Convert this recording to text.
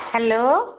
hello